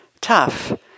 tough